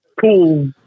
cool